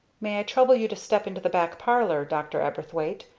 may i trouble you to step into the back parlor, dr. aberthwaite,